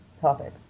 topics